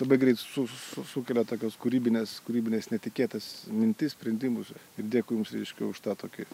labai greit su su sukelia tokias kūrybines kūrybines netikėtas mintis sprendimus ir dėkui jums reiškia už tą tokį